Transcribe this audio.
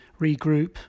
regroup